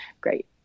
great